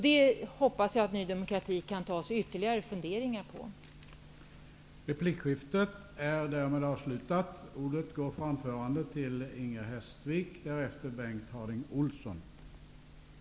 Jag hoppas att Ny demokrati tar sig ytterligare en funderare på det.